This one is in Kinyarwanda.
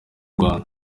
rwanda